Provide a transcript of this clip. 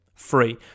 Free